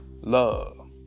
love